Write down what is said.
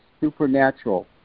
supernatural